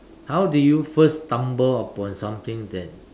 how did you first stumble upon something that